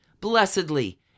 blessedly